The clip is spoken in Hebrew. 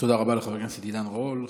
תודה רבה לחבר הכנסת עידן רול.